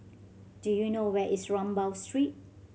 do you know where is Rambau Street